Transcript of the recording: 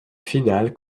finale